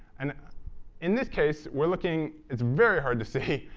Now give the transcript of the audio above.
and in this case we're looking it's very hard to see,